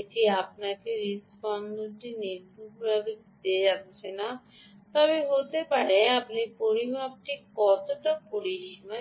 এটি আপনাকে হৃদস্পন্দনটি নির্ভুলভাবে দিতে যাচ্ছে না তবে হতে পারে আপনি পরিমাপটি কতটা পরিসীমা